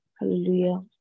Hallelujah